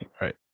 right